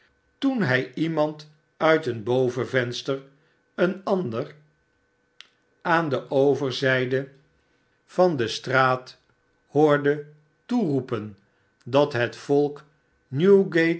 toen hij iemand uit een bovenvenster een ander aan de overzijde van de straat hoorde toeroepen dat het volk